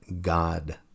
god